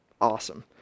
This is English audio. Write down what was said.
awesome